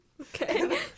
Okay